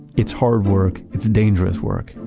it's hard work. it's dangerous work.